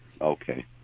okay